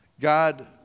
God